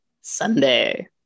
sunday